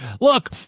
Look